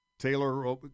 Taylor